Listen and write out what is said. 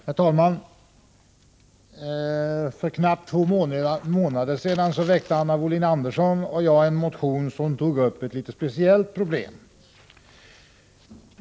Herr talman! För knappt två månader sedan väckte Anna Wobhlin Andersson och jag en motion, där det togs upp ett litet specialproblem.